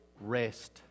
Rest